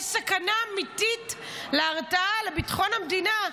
יש סכנה אמיתית להרתעה לביטחון המדינה.